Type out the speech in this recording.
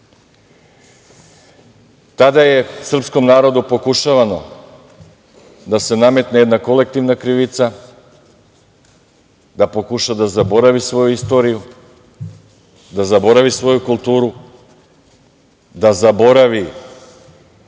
Tada je srpskom narodu pokušavano da se nametne jedna kolektivna krivica, da pokuša da zaboravi svoju istoriju, da zaboravi svoju kulturu, da zaboravi